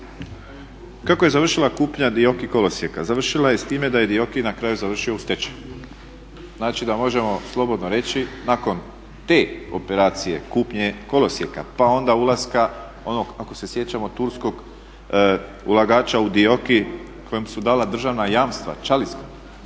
kako je završila kupnja DIOKI kolosijeka? Završila je s time da je DIOKI na kraju završio u stečaju. Znači da možemo slobodno reći nakon te operacije kupnje kolosijeka pa onda ulaska onog ako se sjećamo turskog ulagača u DIOKI kojem su dala državna jamstva … Sve to